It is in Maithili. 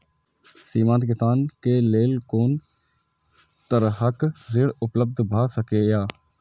सीमांत किसान के लेल कोन तरहक ऋण उपलब्ध भ सकेया?